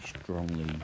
strongly